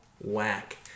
Whack